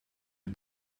you